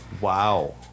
Wow